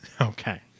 Okay